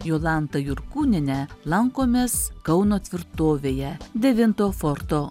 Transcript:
jolanta jurkūniene lankomės kauno tvirtovėje devinto forto muziejuje